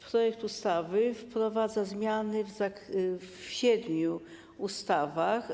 Projekt ustawy wprowadza zmiany w siedmiu ustawach.